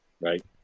Right